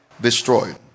destroyed